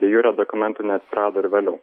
de jure dokumentų neatsirado ir vėliau